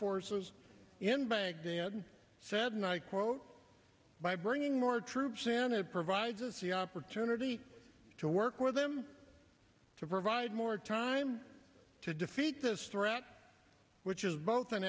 forces in baghdad said and i quote by bringing more troops than it provides us the opportunity to work with them to provide more time to defeat this threat which is both